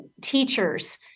teachers